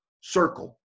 circle